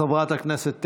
חברת הכנסת תלם,